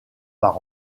par